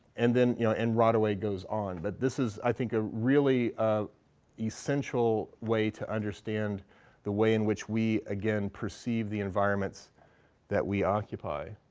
and then, you know, and rodaway goes on. but this is i think a really essential way to understand the way in which we, again, perceive the environments that we occupy.